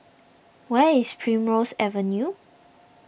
where is Primrose Avenue